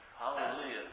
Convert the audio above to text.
Hallelujah